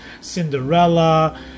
Cinderella